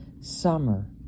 Summer